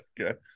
okay